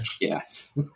Yes